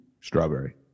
strawberry